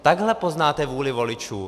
Takhle poznáte vůli voličů.